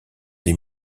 des